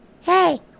Hey